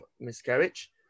miscarriage